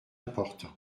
important